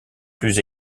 plus